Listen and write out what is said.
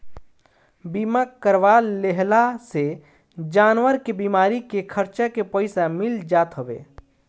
बीमा करवा लेहला से जानवर के बीमारी के खर्चा के पईसा मिल जात हवे